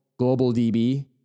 GlobalDB